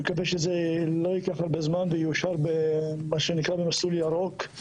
נקווה שזה לא ייקח הרבה זמן ויאושר במסלול ירוק.